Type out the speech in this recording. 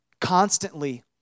constantly